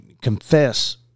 confess